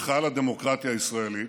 היכל הדמוקרטיה הישראלית,